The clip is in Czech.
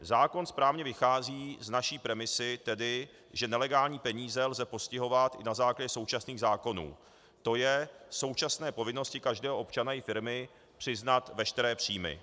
Zákon správně vychází z naší premisy, tedy že nelegální peníze lze postihovat i na základě současných zákonů, tj. současné povinnosti každého občana i firmy přiznat veškeré příjmy.